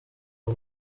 uwo